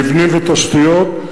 מבנים ותשתיות,